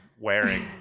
wearing